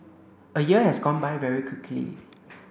a year has gone by very quickly